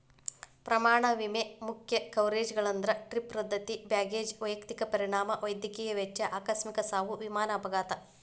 ಪ್ರಯಾಣ ವಿಮೆ ಮುಖ್ಯ ಕವರೇಜ್ಗಳಂದ್ರ ಟ್ರಿಪ್ ರದ್ದತಿ ಬ್ಯಾಗೇಜ್ ವೈಯಕ್ತಿಕ ಪರಿಣಾಮ ವೈದ್ಯಕೇಯ ವೆಚ್ಚ ಆಕಸ್ಮಿಕ ಸಾವು ವಿಮಾನ ಅಪಘಾತ